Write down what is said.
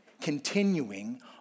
continuing